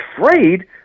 afraid